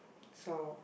so